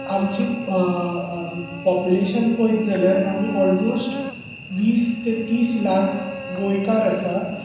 आमची पोप्युलॅशन पळयत जाल्यार आमी ऑलमोस्ट वीस ते तीस लाख गोंयकार आसा